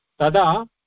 Tada